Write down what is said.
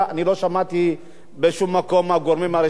אני לא שמעתי בשום מקום מהגורמים הרשמיים